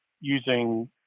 using